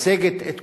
מייצגת את כולם,